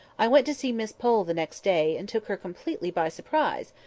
i went to see miss pole the next day, and took her completely by surprise,